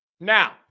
Now